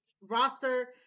roster